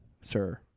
sir